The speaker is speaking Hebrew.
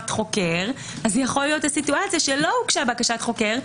חוקר אז יכול להיות שלא הוגשה בקשת חוקר,